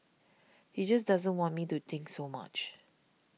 he just doesn't want me to think so much